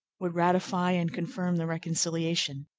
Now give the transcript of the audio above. would ratify and confirm the reconciliation.